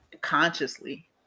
consciously